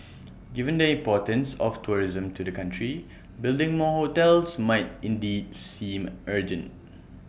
given the importance of tourism to the country building more hotels might indeed seem urgent